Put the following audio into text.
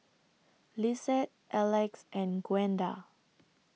Lissette Elex and Gwenda